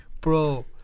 Bro